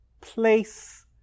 place